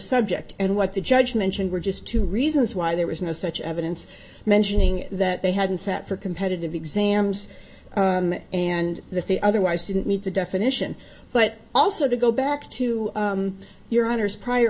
subject and what the judge mentioned were just two reasons why there was no such evidence mentioning that they hadn't sat for competitive exams and the three otherwise didn't need to definition but also to go back to your honor's prior